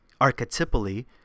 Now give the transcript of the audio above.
archetypally